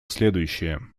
следующие